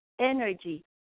energy